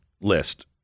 list